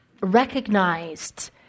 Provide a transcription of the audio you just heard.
recognized